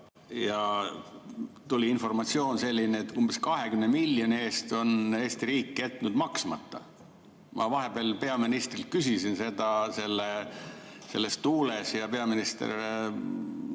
selline informatsioon, et umbes 20 miljoni eest on Eesti riik jätnud maksmata. Ma vahepeal peaministrilt küsisin seda selles tuules ja peaminister